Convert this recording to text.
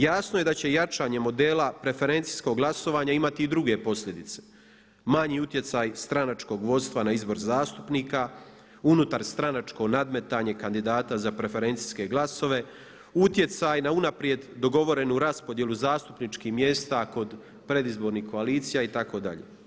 Jasno je da će jačanjem modela preferencijskog glasovanja imati i druge posljedice, manji utjecaj stranačkog vodstva na izbor zastupnika, unutar stranačko nadmetanje kandidata za preferencijske glasove, utjecaj na unaprijed dogovorenu raspodjelu zastupničkih mjesta kod predizbornih koalicija itd.